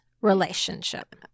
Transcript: relationship